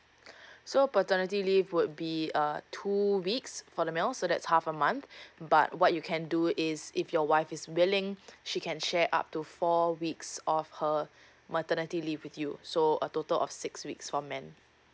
so paternity leave would be uh two weeks for the male so that's half a month but what you can do is if your wife is willing she can share up to four weeks of her maternity leave with you so a total of six weeks for man